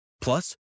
Plus